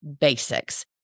basics